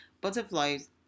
butterflies